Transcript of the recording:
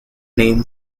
name